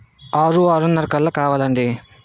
ఆరు ఆరున్నరకు కావాలండి